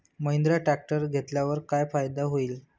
Mahindra tractor घेतल्यावर काय फायदा होईल?